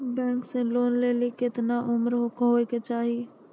Bank से loan लेली केतना उम्र होय केचाही?